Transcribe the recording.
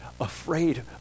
afraid